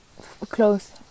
close